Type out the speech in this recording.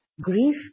grief